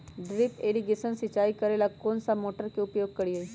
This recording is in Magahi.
ड्रिप इरीगेशन सिंचाई करेला कौन सा मोटर के उपयोग करियई?